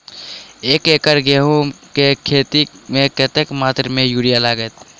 एक एकड़ गेंहूँ केँ खेती मे कतेक मात्रा मे यूरिया लागतै?